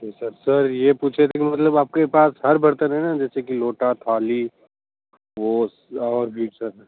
ठीक ह sir sir ये पूछे थे की मतलब आपके पास हर बर्तन है ना जैसे कि लोटा थाली वो और भी सब